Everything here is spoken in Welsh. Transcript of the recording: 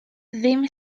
ddim